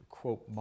quote